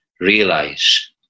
Realize